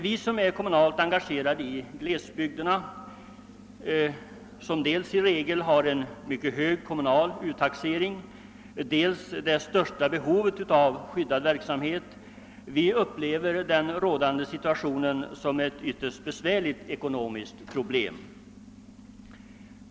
Vi som är kommunalt engagerade i glesbygderna, vilka dels i regel har en mycket hög kommunal uttaxering, dels har det största behovet av skyddad verksamhet, upplever den rådande situationen som ett ytterst besvärligt ekonomiskt problem.